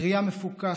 היא ראייה מפוכחת,